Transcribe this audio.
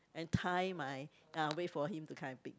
and tie my ah wait for him to come and pick me